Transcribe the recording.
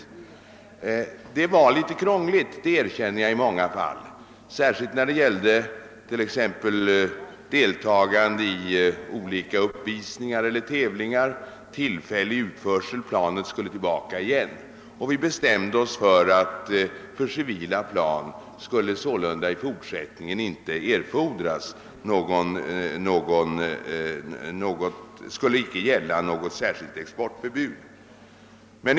Jag erkänner att detta ställde sig en smula krångligt i många fall, särskilt när det gällde t.ex. deltagande i uppvisningar eller tävlingar, d.v.s. vid tillfällig utförsel av plan som sedan skulle återföras till vårt land. Vi bestämde oss därför för att det i fortsättningen för civila plan inte skulle gälla något särskilt exportförbud.